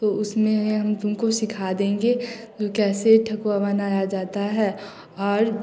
तो उसमें हम तुम को सिखा देंगें की कैसे ठोक्वा बनाया जाता है और